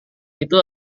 itu